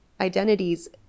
identities